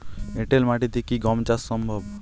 এঁটেল মাটিতে কি গম চাষ সম্ভব?